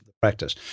practice